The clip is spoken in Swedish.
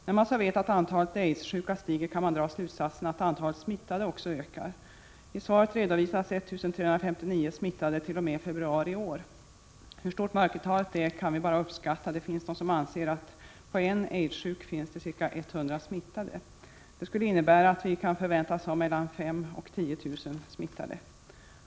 När man vet att antalet aidssjuka stiger kan man dra slutsatsen att antalet smittade 53 också ökar. I svaret redovisas 1 359 smittade t.o.m. februari i år. Hur stort mörkertalet är kan vi bara uppskatta. Det finns de som anser att det på en aidssjuk finns ca 100 smittade. Det skulle innebära att vi kan förväntas ha 5 000-10 000 smittade.